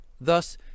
thus